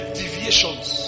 deviations